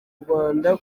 rwanda